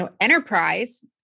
enterprise